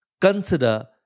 consider